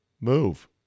move